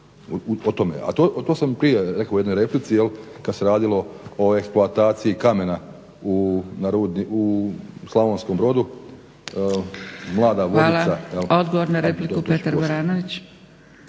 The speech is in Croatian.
O tome, a to sam prije rekao u jednoj replici kada se radilo o eksploataciji kamena u Slavonskom Brodu,